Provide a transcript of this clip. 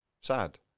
Sad